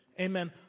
Amen